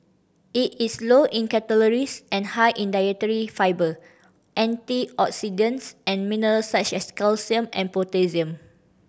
it is low in calories and high in dietary fibre antioxidants and minerals such as calcium and potassium